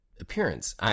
appearance